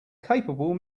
capable